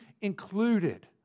included